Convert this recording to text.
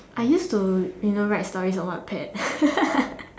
I used to you know write stories on whatpadd